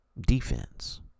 defense